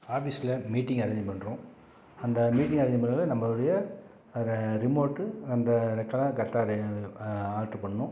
ஆஃபீஸில் மீட்டிங்கு அரேஞ்ச் பண்ணுறோம் அந்த மீட்டிங் அரேஞ்ச் பண்ணுறதுல நம்மளுடைய ரிமோட்டு அந்த ரெக்காடுலாம் கரெக்டாக ஆல்ட்ரு பண்ணணும்